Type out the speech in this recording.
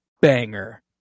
banger